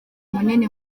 munini